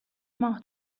ماه